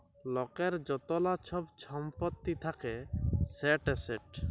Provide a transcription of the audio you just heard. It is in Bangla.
লকের য্তলা ছব ছম্পত্তি থ্যাকে সেট এসেট